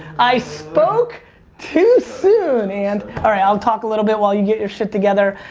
i spoke too soon and. alright, i'll talk a little bit while you get your shit together.